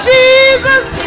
Jesus